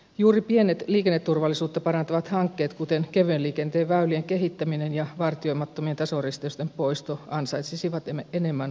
juuri pienet liikenneturvallisuutta parantavat hankkeet kuten kevyen liikenteen väylien kehittäminen ja vartioimattomien tasoristeysten poisto ansaitsisivat enemmän huomiota